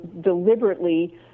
deliberately